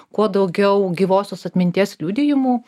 kuo daugiau gyvosios atminties liudijimų